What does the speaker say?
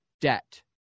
debt